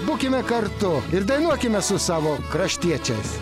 būkime kartu ir dainuokime su savo kraštiečiais